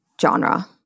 genre